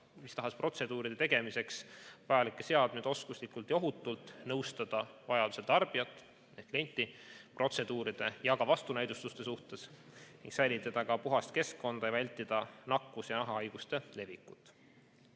mis tahes protseduuride tegemiseks vajalikke seadmeid oskuslikult ja ohutult, nõustada vajadusel tarbijat ehk klienti protseduuride ja ka vastunäidustuste suhtes, säilitada puhast keskkonda ning vältida nakkus‑ ja nahahaiguste levikut.